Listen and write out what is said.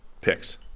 picks